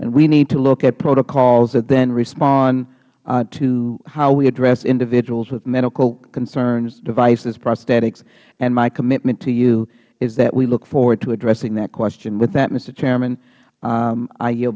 we need to look at protocols that then respond to how we address individuals with medical concerns devices prosthetics and my commitment to you is that we look forward to addressing that question with that mister chairman